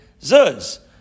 Zuz